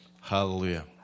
Hallelujah